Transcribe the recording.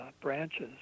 branches